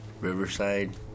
Riverside